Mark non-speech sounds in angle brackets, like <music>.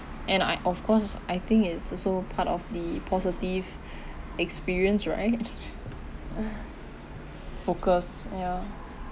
and I of course I think it's also part of the positive experience right <breath> focus ya